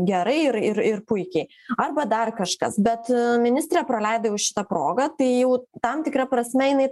gerai ir ir ir puikiai arba dar kažkas bet ministrė praleido jau šitą progą tai jau tam tikra prasme jinai